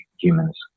humans